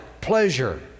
pleasure